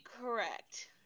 correct